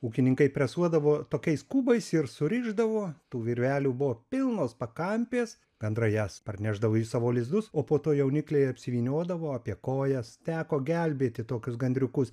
ūkininkai presuodavo tokiais kubais ir surišdavo tų virvelių buvo pilnos pakampės gandrai jas parnešdavo į savo lizdus o po to jaunikliai apsivyniodavo apie kojas teko gelbėti tokius gandriukus